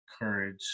courage